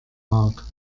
mag